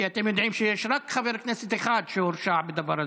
כי אתם יודעים שיש רק חבר כנסת אחד שהורשע בדבר הזה.